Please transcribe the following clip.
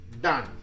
done